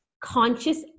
conscious